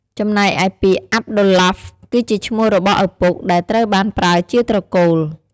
ចំណែកឯពាក្យអាប់ឌុលឡាហ្វ គឺជាឈ្មោះរបស់ឪពុក ដែលត្រូវបានប្រើជាត្រកូល។